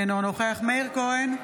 אינו נוכח מאיר כהן,